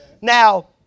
Now